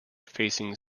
facing